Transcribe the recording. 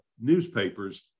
newspapers